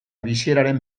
bizieraren